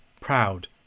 proud